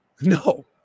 No